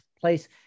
place